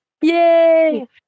Yay